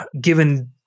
given